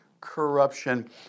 corruption